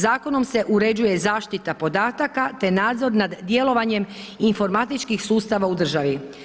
Zakonom se uređuje zaštita podataka te nadzor nad djelovanjem informatičkih sustava u državi.